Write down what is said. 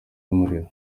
y’umuriro